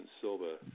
Silva